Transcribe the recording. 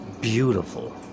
beautiful